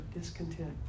discontent